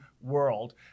world